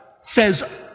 says